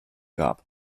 gab